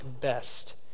best